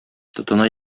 тотына